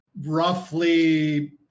roughly